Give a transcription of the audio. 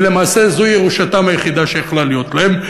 ולמעשה זו הירושה היחידה שיכולה הייתה להיות להם.